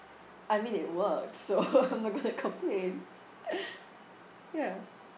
I mean it worked so I'm not gonna complain ya